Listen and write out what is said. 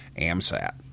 amsat